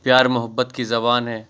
پیار محبت کی زبان ہے